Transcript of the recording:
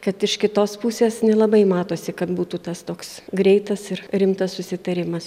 kad iš kitos pusės nelabai matosi kad būtų tas toks greitas ir rimtas susitarimas